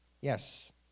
Yes